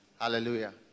Hallelujah